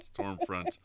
Stormfront